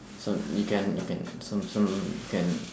so you can you can so so you can